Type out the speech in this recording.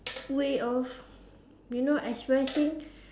way of you know expressing